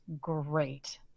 great